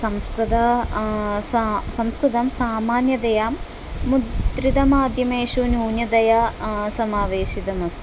संस्कृतं सा संस्कृतं सामान्यतया मुद्रितमाध्यमेषु न्यूनतया समावेशितमस्ति